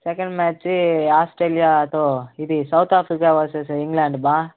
second match ఆస్ట్రేలియాతో ఇది South Africa versus England బావ